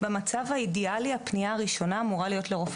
במצב האידיאלי הפנייה הראשונה אמורה להיות לרופא